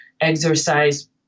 exercise